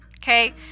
Okay